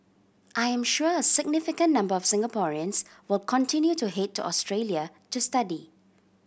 I am sure a significant number of Singaporeans will continue to head to Australia to study